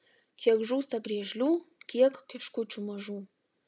kiek žūsta griežlių kiek kiškučių mažų